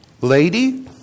Lady